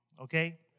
Okay